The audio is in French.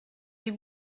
des